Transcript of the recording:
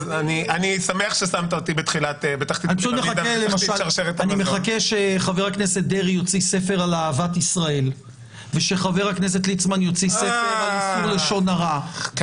היתרונות הם שבאמת יש לוועדה כמובן ראייה יותר כוללת של כל